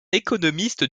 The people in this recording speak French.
économiste